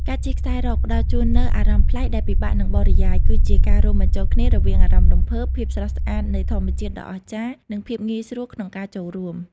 ការជិះខ្សែរ៉កផ្ដល់ជូននូវអារម្មណ៍ប្លែកដែលពិបាកនឹងបរិយាយ គឺជាការរួមបញ្ចូលគ្នារវាងអារម្មណ៍រំភើប ភាពស្រស់ស្អាតនៃធម្មជាតិដ៏អស្ចារ្យ និងភាពងាយស្រួលក្នុងការចូលរួម។